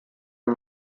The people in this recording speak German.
und